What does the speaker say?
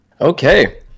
Okay